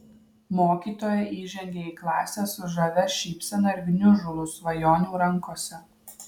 mokytoja įžengė į klasę su žavia šypsena ir gniužulu svajonių rankose